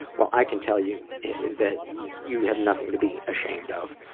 well, i can tell you that you have nothing to be ashamed of.